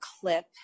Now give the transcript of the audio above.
clip